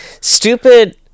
Stupid